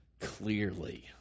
clearly